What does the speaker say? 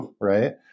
right